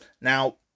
Now